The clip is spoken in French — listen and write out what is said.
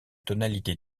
tonalité